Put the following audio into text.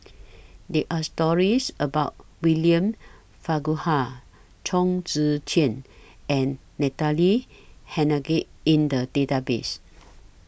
There Are stories about William Farquhar Chong Tze Chien and Natalie Hennedige in The Database